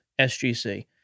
SGC